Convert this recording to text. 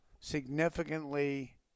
significantly